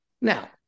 Now